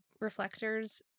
Reflectors